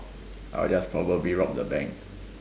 I will just probably rob the bank